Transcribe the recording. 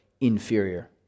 inferior